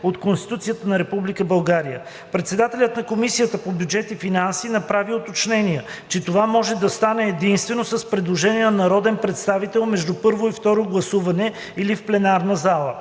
от Конституцията на Република България. Председателят на Комисията по бюджет и финанси направи уточнение, че това може да стане единствено с предложение на народен представител между първо и второ гласуване или в пленарната зала.